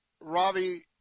Ravi